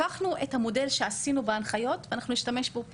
לקחנו את המודל שעשינו בהנחיות ואנחנו נשתמש בו פה.